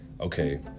okay